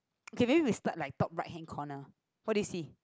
okay maybe we start like top right hand corner what do you see